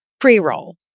pre-roll